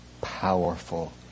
powerful